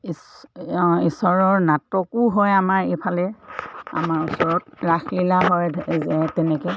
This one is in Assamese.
ইচ ঈশ্বৰৰ নাটকো হয় আমাৰ এইফালে আমাৰ ওচৰত ৰাসলীলা হয় তেনেকৈ